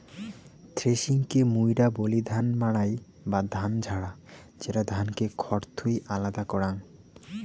থ্রেশিংকে মুইরা বলি ধান মাড়াই বা ধান ঝাড়া, যেটা ধানকে খড় থুই আলাদা করাং